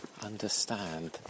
understand